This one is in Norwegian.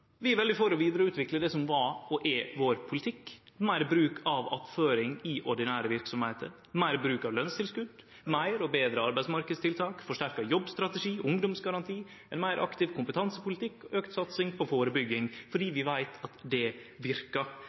Vi er veldig for å vidareutvikle det som var, og er, politikken vår: meir bruk av attføring i ordinære verksemder, meir bruk av lønstilskot, fleire og betre arbeidsmarknadstiltak, forsterka jobbstrategi, ungdomsgaranti, ein meir aktiv kompetansepolitikk, auka satsing på førebygging – fordi vi veit at det verkar.